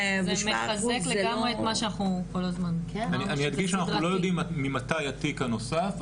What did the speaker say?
אני אדגיש שאנחנו לא יודעים ממתי התיק הנוסף,